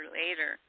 later